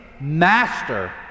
master